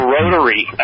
Rotary